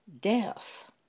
death